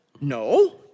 No